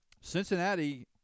Cincinnati